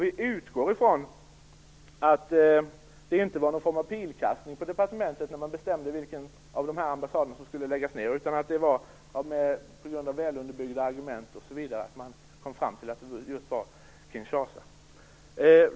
Vi utgår från att det inte var någon form av pilkastning på departementet när man bestämde vilken av de här ambassaderna som skulle läggas ned, utan att det var på grund av väl underbyggda argument som man kom fram till att det var just Kinshasa.